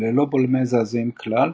ללא בולמי זעזועים כלל,